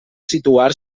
situar